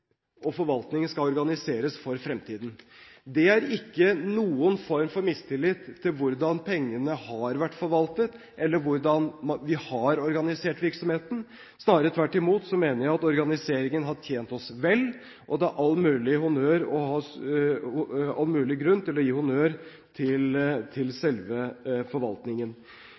og forvaltningen skal organiseres i fremtiden. Det er ikke noen form for mistillit til hvordan pengene har vært forvaltet eller hvordan vi har organisert virksomheten. Jeg mener snarere tvert imot at organiseringen har tjent oss vel, og at det er all mulig grunn til å gi honnør til selve forvaltningen.